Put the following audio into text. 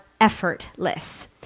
effortless